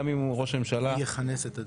גם אם ראש הממשלה כן,